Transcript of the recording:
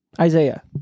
Isaiah